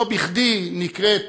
לא בכדי נקראת